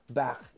back